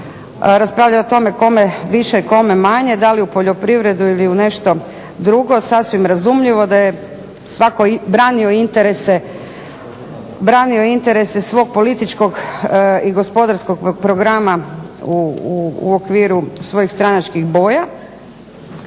raspravljali kome više kome manje, da li u poljoprivredu ili nešto drugo. Sasvim razumljivo da je svatko branio interese svog političkog i gospodarsko programa u okviru svojih stranačkih boja.